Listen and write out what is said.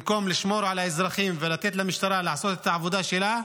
במקום לשמור על האזרחים ולתת למשטרה לעשות את העבודה שלה,